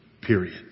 period